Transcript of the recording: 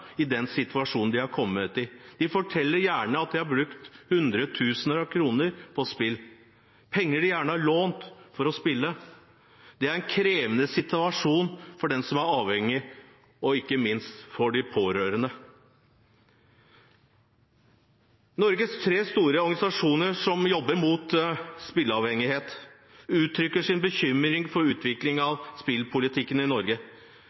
den situasjonen de har kommet i. De forteller gjerne at de har brukt hundretusener av kroner på spill – penger de gjerne har lånt for å spille. Det er en krevende situasjon for den som er avhengig, og ikke minst for de pårørende. Norges tre store organisasjoner som arbeider mot spilleavhengighet, uttrykker sin bekymring for utviklingen av spillpolitikken i Norge.